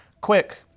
Quick